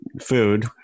food